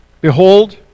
Behold